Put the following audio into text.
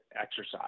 exercise